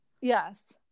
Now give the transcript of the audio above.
Yes